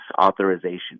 Authorization